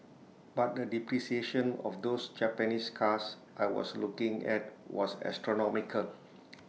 but the depreciation of those Japanese cars I was looking at was astronomical